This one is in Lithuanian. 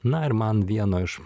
na ir man vieno iš